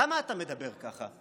למה אתה מדבר ככה?